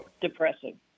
depressing